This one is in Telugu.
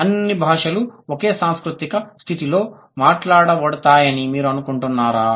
అన్ని భాషలు ఒకే సాంస్కృతిక స్థితిలో మాట్లాడబడతాయని మీరు అనుకుంటున్నారా